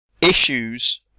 issues